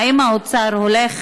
האם האוצר הולך